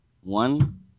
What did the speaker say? One